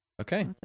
Okay